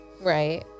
Right